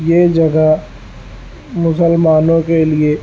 یہ جگہ مسلمانوں کے لیے